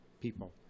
people